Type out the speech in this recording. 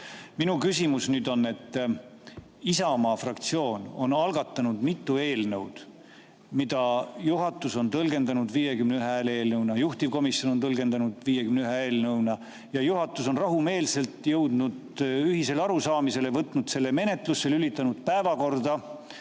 küsimus on [järgmine]. Isamaa fraktsioon on algatanud mitu eelnõu, mida juhatus on tõlgendanud 51 hääle eelnõuna, juhtivkomisjon on tõlgendanud 51 hääle eelnõuna, ja juhatus on rahumeelselt jõudnud ühisele arusaamisele, võtnud selle menetlusse ja lülitanud päevakorda.